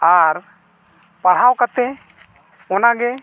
ᱟᱨ ᱯᱟᱲᱦᱟᱣ ᱠᱟᱛᱮᱫ ᱚᱱᱟᱜᱮ